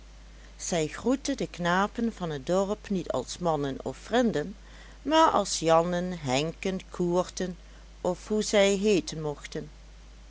zij groette de knapen van het dorp niet als mannen of vrinden maar als jannen henken koerten of hoe zij heeten mochten